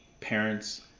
parents